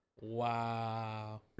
Wow